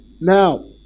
Now